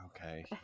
Okay